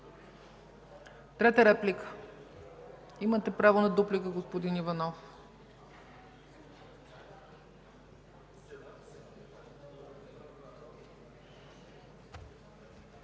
Трета реплика? Имате право на дуплика, господин Иванов.